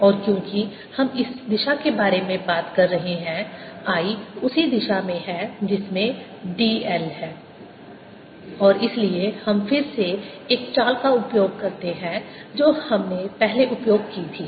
और क्योंकि हम इस दिशा के बारे में बात कर रहे हैं I उसी दिशा में है जिसमें dl है और इसलिए हम फिर से एक चाल का उपयोग करते हैं जो हमने पहले उपयोग की थी